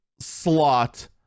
slot